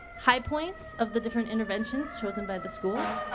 high points of the different interventions chosen by the schools.